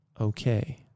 okay